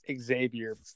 Xavier